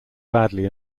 badly